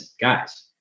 guys